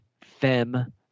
Fem